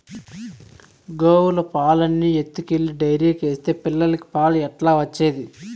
గోవుల పాలన్నీ ఎత్తుకెళ్లి డైరీకేస్తే పిల్లలకి పాలు ఎట్లా వచ్చేది